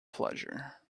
pleasure